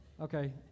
Okay